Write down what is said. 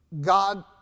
God